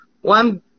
one